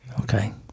Okay